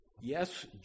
Yes